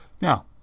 Now